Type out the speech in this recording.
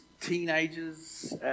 Teenagers